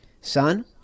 son